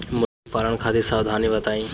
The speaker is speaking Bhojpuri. मुर्गी पालन खातिर सावधानी बताई?